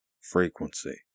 frequency